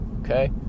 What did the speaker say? okay